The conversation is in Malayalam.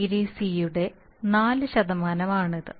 500C യുടെ 4 ആണ് ഇത്